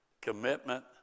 commitment